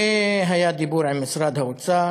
והיה דיבור עם משרד האוצר.